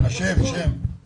אני בעצמי אח שכול,